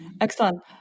Excellent